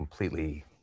Completely